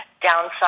downside